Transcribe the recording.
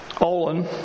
Olin